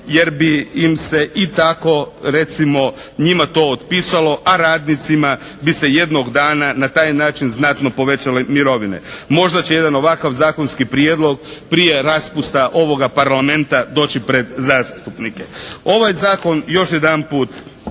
jer bi im se i tako recimo njima to otpisalo, a radnicima bi se jednog dana na taj način znatno povećale mirovine. Možda će jedan ovakav zakonski prijedlog prije raspusta ovoga Parlamenta doći pred zastupnike. Ovaj zakon još jedanput